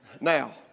now